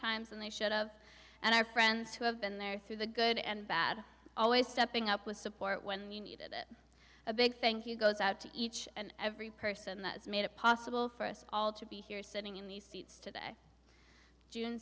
times than they should of and our friends who have been there through the good and bad always stepping up with support when you need it a big thank you goes out to each and every person that's made it possible for us all to be here sitting in these seats today june